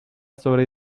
sobre